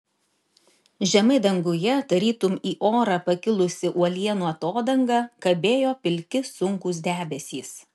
žemai danguje tarytum į orą pakilusi uolienų atodanga kabėjo pilki sunkūs debesys